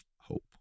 hope